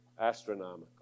astronomical